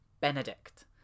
benedict